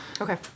Okay